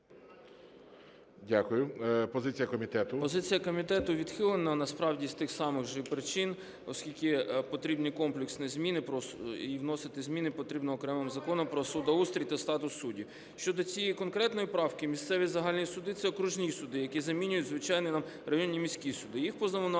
С.К. Позиція комітету: відхилено, насправді з тих самих же причин, оскільки потрібні комплексні зміни і вносити зміни потрібно окремим Законом "Про судоустрій та статус суддів". Щодо цієї конкретної правки, місцеві загальні суди – це окружні суди, які замінюють звичайні нам районні міські суди. Їх повноваження